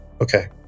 Okay